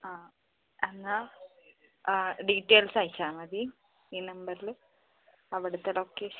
അ എന്നാൽ ഡീറ്റെയിൽ അയച്ചാൽ മതി ഈ നമ്പറിൽ അവിടുത്തെ ലൊക്കേഷൻ